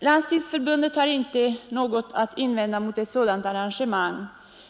Landstingsförbundet har inte något att invända mot ett sådant arrangemang.